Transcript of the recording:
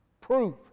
proof